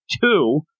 two